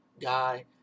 guy